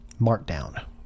Markdown